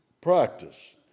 practice